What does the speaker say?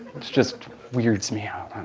it's just weirds me out.